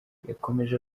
yakomeje